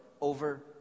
over